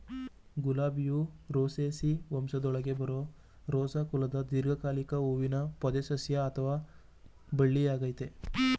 ಗುಲಾಬಿಯು Rosaceae ವಂಶದೊಳಗೆ ಬರೋ Rosa ಕುಲದ ದೀರ್ಘಕಾಲಿಕ ಹೂವಿನ ಪೊದೆಸಸ್ಯ ಅಥವಾ ಬಳ್ಳಿಯಾಗಯ್ತೆ